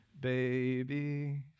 Baby